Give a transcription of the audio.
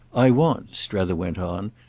i want, strether went on,